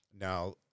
Now